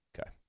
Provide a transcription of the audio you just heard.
Okay